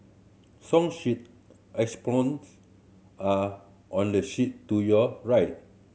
song sheet xylophones are on the shelf to your right